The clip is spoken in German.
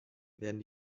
werden